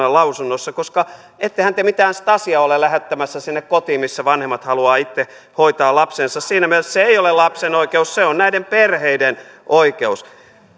lausunnossa koska ettehän te mitään stasia ole lähettämässä sinne kotiin missä vanhemmat haluavat itse hoitaa lapsensa siinä mielessä se ei ole lapsen oikeus se on näiden perheiden oikeus